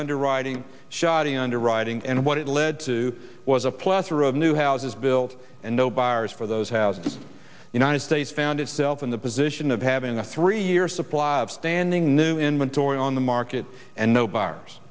underwriting shoddy underwriting and what it led to was a plus new houses built and no buyers for those housed united states found itself in the position of having a three year supply of standing new inventory on the market and no b